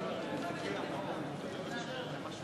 חברי חברי הכנסת, חוק